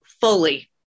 fully